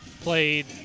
played